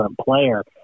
player